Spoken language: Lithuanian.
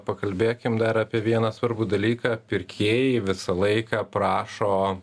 pakalbėkim dar apie vieną svarbų dalyką pirkėjai visą laiką prašo